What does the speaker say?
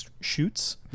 shoots